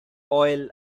oil